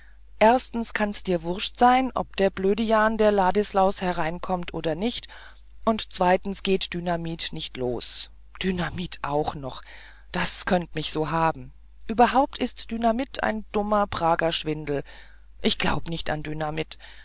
erstens kann's dir wurscht sein ob der blödian der ladislaus hereinkommt oder nicht und zweitens geht dynamit nicht los dynamit auch noch das könnt mich so haben überhaupt is dynamit ein dummer prager schwindel ich glaub nicht an dynamit